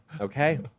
Okay